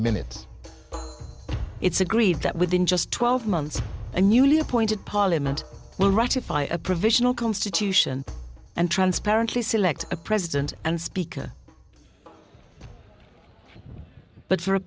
minutes it's agreed that within just twelve months a newly appointed parliament will ratify a provisional constitution and transparently select a president and speaker but for